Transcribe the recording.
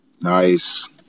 Nice